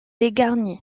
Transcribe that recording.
dégarni